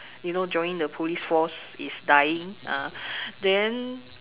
you know joining the police force is dying uh then